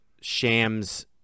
shams